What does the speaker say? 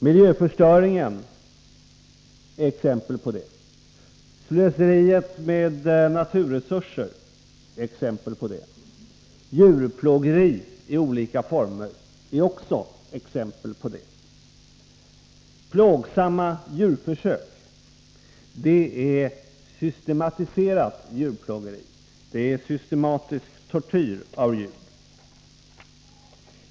Miljöförstöringen är exempel på det. Slöseriet med naturresurser är exempel på det. Djurplågeri i olika former är också exempel på det. Plågsamma djurförsök är systematiserat djurplågeri. Det är systematisk tortyr av djur.